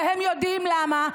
והם יודעים למה,